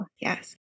Yes